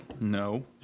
No